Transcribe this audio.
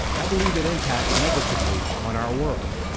i believe it impacts negatively on our world,